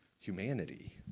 humanity